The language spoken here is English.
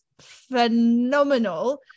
phenomenal